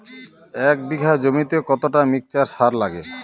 এক বিঘা জমিতে কতটা মিক্সচার সার লাগে?